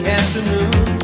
afternoon